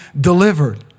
delivered